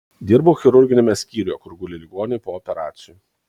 dirbau chirurginiame skyriuje kur guli ligoniai po operacijų